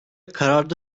kararda